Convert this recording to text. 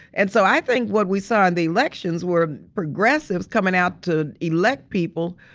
and so i think what we saw in the elections were progressives coming out to elect people,